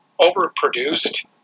overproduced